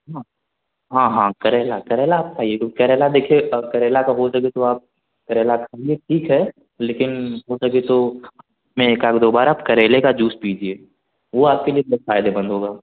हाँ हाँ हाँ करेला करेला आप खाइए क्यों करेला देखिए करेला का बोल दोगी तो आप करेला में ठीक है लेकिन हो सके तो में एक आधा दो बार आप करेले का जूस पीजिए वह आपके लिए एकदम फ़ायदेमंद होगा